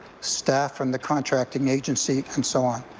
staff from the contracting agency and so on?